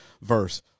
verse